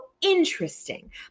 Interesting